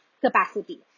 capacity